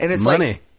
Money